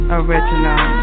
original